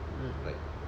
mm